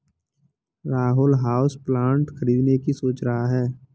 Rahul houseplant खरीदने की सोच रहा है